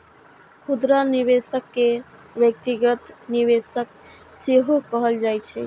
खुदरा निवेशक कें व्यक्तिगत निवेशक सेहो कहल जाइ छै